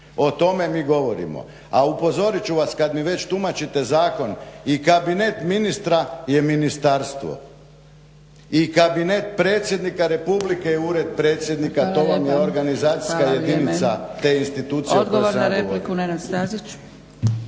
O tome mi govorimo. A upozorit ću vas kad mi već tumačite zakon i Kabinet ministra je ministarstvo. I Kabinet predsjednika Republike i Ured predsjednika to vam je organizacijska jedinica te institucije